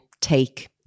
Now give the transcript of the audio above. take